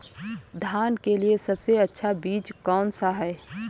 धान के लिए सबसे अच्छा बीज कौन सा है?